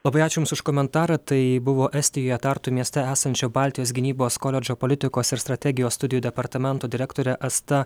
labai ačiū jums už komentarą tai buvo estijoje tartu mieste esančio baltijos gynybos koledžo politikos ir strategijos studijų departamento direktorė asta